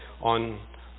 on